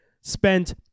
spent